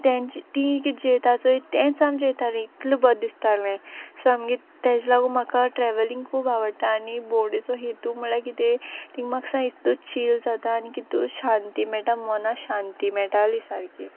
so तेंचें तीं कीत जेयता चोय तेंच आम जेयतालीं इतलें बोर दिसतालें सो आमगे तेज लागून म्हाका ट्रॅव्हलिंग खूब आवडटा आनी भोंवडेचो हेतू म्हुळ्यार कितें तींग म्हाक सामक इतू चील जाता आनी कितू शांती मेटा मोना शांती मेटाली सारकी